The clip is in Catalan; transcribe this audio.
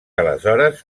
aleshores